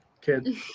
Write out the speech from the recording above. kid